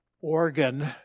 organ